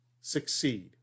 succeed